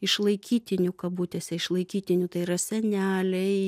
išlaikytinių kabutėse išlaikytinių tai yra seneliai